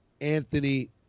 Anthony